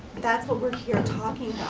that's what we're here talking